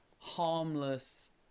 harmless